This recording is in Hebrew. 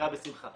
אקרא בשמחה.